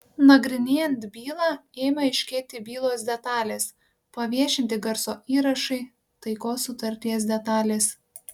nagrinėjant bylą ėmė aiškėti bylos detalės paviešinti garso įrašai taikos sutarties detalės